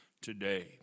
today